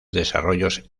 desarrollos